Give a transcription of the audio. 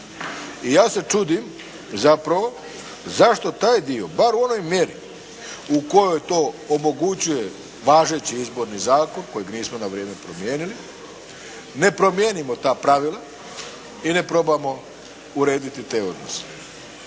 I ja se čudim zapravo zašto taj dio, bar u onoj mjeri u kojoj to omogućuje važeći Izborni zakon kojeg nismo na vrijeme promijenili ne promijenimo ta pravila i ne probamo urediti te odnose.